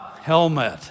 helmet